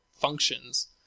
functions